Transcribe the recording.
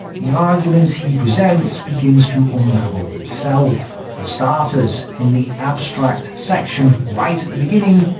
the argument he presents begins to unravel itself. for starters, in the abstract section right at the beginning,